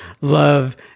Love